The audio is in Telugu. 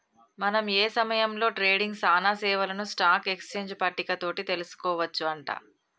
మనం ఏ సమయంలో ట్రేడింగ్ సానా సేవలను స్టాక్ ఎక్స్చేంజ్ పట్టిక తోటి తెలుసుకోవచ్చు అంట